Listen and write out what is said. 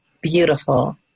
beautiful